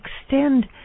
extend